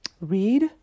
read